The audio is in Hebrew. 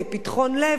"פתחון לב".